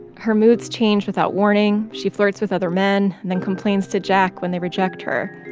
her moods change without warning. she flirts with other men and then complains to jack when they reject her.